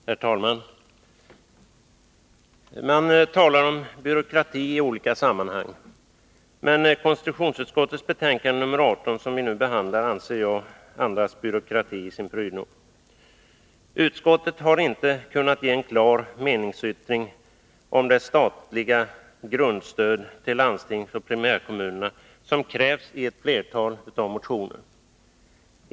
Herr talman! Man talar om byråkrati i olika sammanhang, men konstitutionsutskottets betänkande nr 18, som vi nu behandlar, anser jag andas byråkrati i sin prydno. Utskottet har inte kunnat ge en klar meningsyttring om det statliga grundstöd till landstingsoch primärkommunerna som krävs i flera motioner.